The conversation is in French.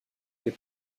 fait